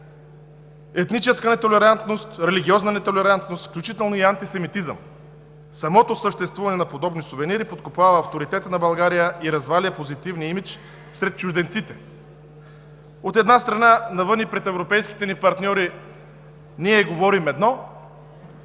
етническа нетолерантност, религиозна нетолерантност, включително и антисемитизъм. Самото съществуване на подобни сувенири подкопава авторитета на България и разваля позитивния имидж сред чужденците. От една страна, навън и пред европейските ни партньори ние говорим едно,